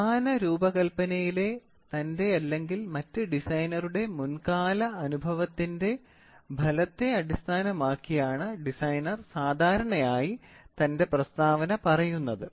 സമാന രൂപകൽപ്പനയിലെ തന്റെ അല്ലെങ്കിൽ മറ്റ് ഡിസൈനറുടെ മുൻകാല അനുഭവത്തിന്റെ ഫലത്തെ അടിസ്ഥാനമാക്കിയാണ് ഡിസൈനർ സാധാരണയായി തന്റെ പ്രസ്താവന പറയുന്നത്